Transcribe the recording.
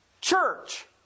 Church